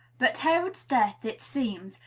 but herod's death, it seems,